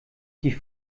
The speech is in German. die